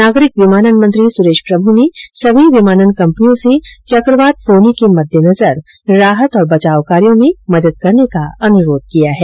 नागरिक विमानन मंत्री सुरेश प्रभू ने सभी विमानन कंपनियों से चक्रवात फानी के मद्देनजर राहत और बचाव कार्यो में मदद करने का अनुरोध किया है